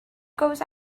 goes